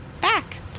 back